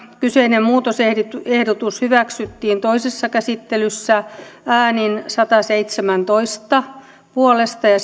kyseinen muutosehdotus hyväksyttiin toisessa käsittelyssä äänin sataseitsemäntoista puolesta ja